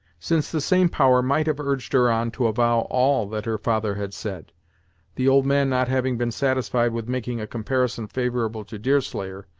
since the same power might have urged her on to avow all that her father had said the old man not having been satisfied with making a comparison favorable to deerslayer,